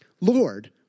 Lord